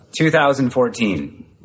2014